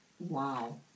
Wow